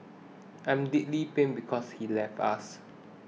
I'm deeply pained because he's left us